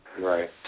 Right